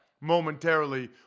momentarily